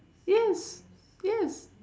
yes yes